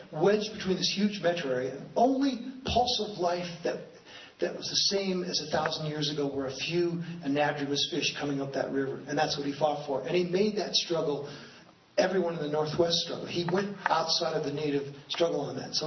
wedged between this huge metro area, only pulse of life that that was the same as a thousand years ago, were a few anadromous fish coming up that river. and that's what he fought for. and he made that struggle everyone in the northwest's struggle. he went outside of the native struggle on and that. so